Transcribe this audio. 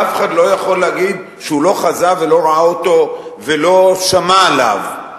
ואף אחד לא יכול להגיד שהוא לא חזה ולא ראה אותו ולא שמע עליו.